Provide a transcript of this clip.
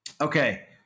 Okay